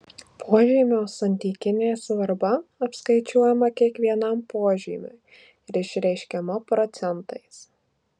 požymio santykinė svarba apskaičiuojama kiekvienam požymiui ir išreiškiama procentais